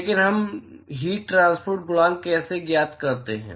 लेकिन हम heat transport गुणांक कैसे ज्ञात करते हैं